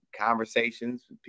conversations